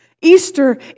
Easter